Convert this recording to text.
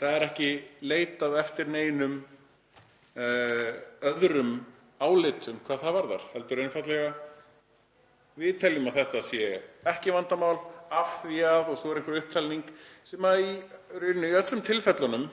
Það er ekki leitað eftir neinum öðrum álitum hvað það varðar heldur einfaldlega: Við teljum að þetta sé ekki vandamál af því að … og svo er einhver upptalning sem í rauninni í öllum tilfellunum